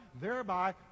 thereby